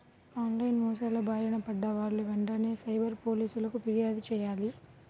on line మోసాల బారిన పడ్డ వాళ్ళు వెంటనే సైబర్ పోలీసులకు పిర్యాదు చెయ్యాలి